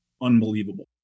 unbelievable